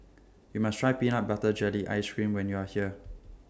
YOU must Try Peanut Butter Jelly Ice Cream when YOU Are here